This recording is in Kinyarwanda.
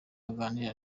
aganira